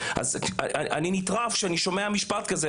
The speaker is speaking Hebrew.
אני נטרף כשאני שומע משפט כזה,